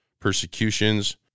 persecutions